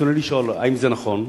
רצוני לשאול: 1. האם נכון הדבר?